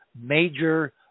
major